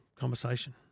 conversation